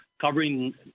covering